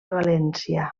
valència